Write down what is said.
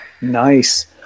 Nice